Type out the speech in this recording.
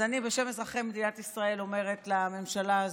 אז בשם אזרחי מדינת ישראל אני אומרת לממשלה הזאת: